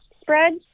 spreads